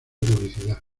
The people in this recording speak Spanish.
publicidad